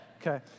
Okay